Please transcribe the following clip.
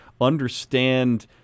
understand